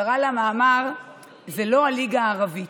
הוא קרא למאמר "זה לא הליגה הערבית".